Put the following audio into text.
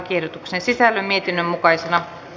lakiehdotuksen sisällön mietinnön mukaisena